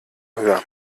höher